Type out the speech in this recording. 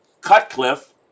Cutcliffe